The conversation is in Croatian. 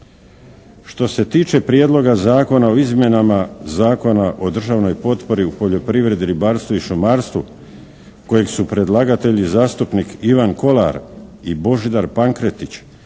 Što se tiče Prijedloga zakona o izmjenama Zakona o državnoj potpori u poljoprivredi, ribarstvu i šumarstvu kojeg su predlagatelji zastupnik Ivan Kolar i Božidar Pankretić,